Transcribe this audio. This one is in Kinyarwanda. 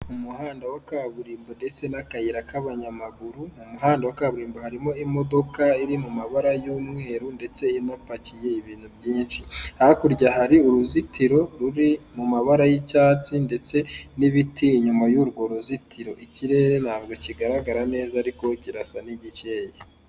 Mu muhanda wa kaburimbo ndetse n'akayira k'abanyamaguru, mu muhanda wa kaburimbo harimo imodoka iri mu mabara y'umweru ndetse inapakiye ibintu byinshi, hakurya hari uruzitiro ruri mu mabara y'icyatsi ndetse n'ibiti inyuma y'urwo ruzitiro, ikirere ntabwo kigaragara neza ariko kirasa n'igikeye.